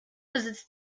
besitzt